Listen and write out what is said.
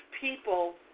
people